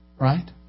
Right